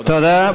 תודה.